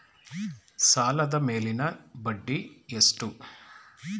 ಸಾಲದ ಮೇಲಿನ ಬಡ್ಡಿ ಎಷ್ಟು?